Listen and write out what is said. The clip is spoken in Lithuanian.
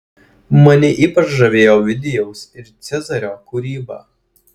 mane ypač žavėjo ovidijaus ir cezario kūryba